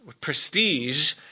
prestige